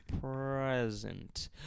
present